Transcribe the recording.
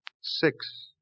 Six